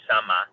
summer